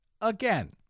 Again